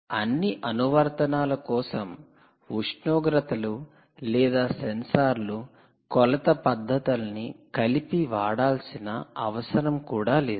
అన్ని అనువర్తనాల కోసం ఉష్ణోగ్రతలు లేదా సెన్సార్ల కొలత పద్ధతుల ని కలిపి వాడాల్సిన అవసరం కూడా లేదు